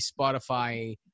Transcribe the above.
Spotify